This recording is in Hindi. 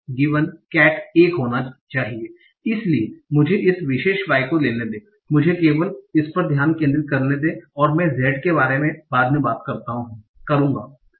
cat 1 होनी चाहिए इसलिए मुझे इस विशेष y को लेने दें मुझे केवल इस पर ध्यान केंद्रित करने दें और मैं Z के बारे में बाद में बात करूंगा